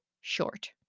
short